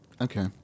Okay